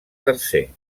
tercer